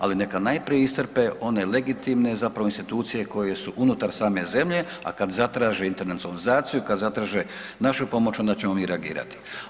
Ali neka najprije iscrpe one legitimne zapravo institucije koje su unutar same zemlje, a kada zatraže internacionalizaciju, kada zatraže našu pomoć onda ćemo mi reagirati.